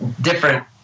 different